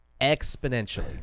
exponentially